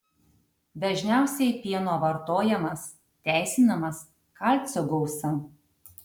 dažniausiai pieno vartojamas teisinamas kalcio gausa